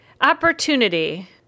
opportunity